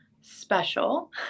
special